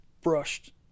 brushed